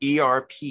ERP